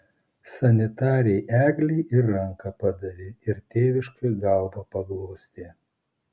sanitarei eglei ir ranką padavė ir tėviškai galvą paglostė